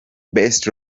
best